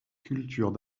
cultures